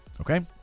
okay